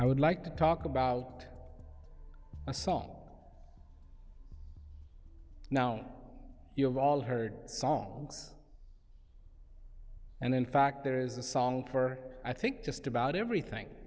i would like to talk about a song now you have all heard songs and in fact there is a song for i think just about everything